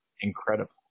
Incredible